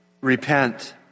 Repent